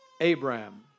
Abraham